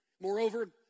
Moreover